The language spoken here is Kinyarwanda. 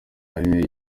ari